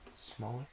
Smaller